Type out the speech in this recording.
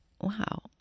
wow